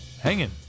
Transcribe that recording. hanging